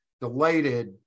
delighted